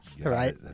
right